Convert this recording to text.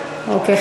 אוקיי,